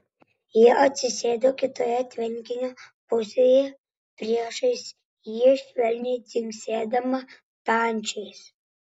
ji atsisėdo kitoje tvenkinio pusėje priešais jį švelniai dzingsėdama pančiais